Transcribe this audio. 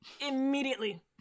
Immediately